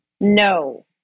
No